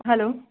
hello